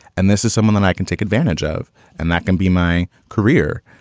and this is someone that i can take advantage of and that can be my career.